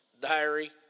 Diary